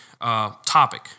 topic